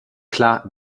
klar